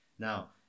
Now